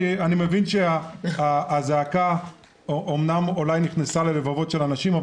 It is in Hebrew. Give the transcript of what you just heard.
אני מבין שהזעקה אולי נכנסה ללבבות של האנשים,